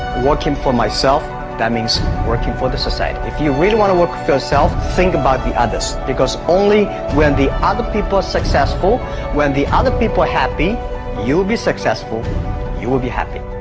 working for myself that means working for the society if you really want to work with yourself think about the others because only when the other people are successful when the other people are happy you'll be successful you will be happy